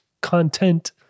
Content